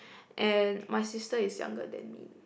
and my sister is younger than me